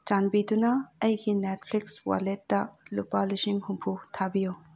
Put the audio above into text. ꯆꯥꯟꯕꯤꯗꯨꯅ ꯑꯩꯒꯤ ꯅꯦꯠꯐ꯭ꯂꯤꯛꯁ ꯋꯥꯂꯦꯠꯇ ꯂꯨꯄꯥ ꯂꯤꯁꯤꯡ ꯍꯨꯝꯐꯨ ꯊꯥꯕꯤꯌꯨ